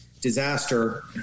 disaster